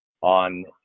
on